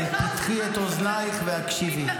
אבל פתחי את אוזנייך והקשיבי.